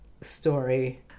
story